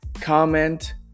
comment